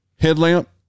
Headlamp